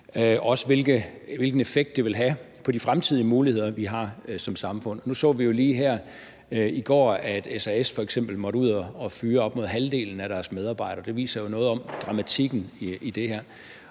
til hvilken effekt det vil have på de fremtidige muligheder, vi har som samfund. Nu så vi jo f.eks. lige her i går, at SAS måtte ud og fyre halvdelen af deres medarbejdere, og det viser jo noget om dramatikken i det her.